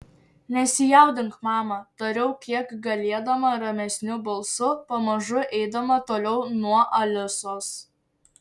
nesijaudink mama tariau kiek galėdama ramesniu balsu pamažu eidama toliau nuo alisos